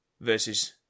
versus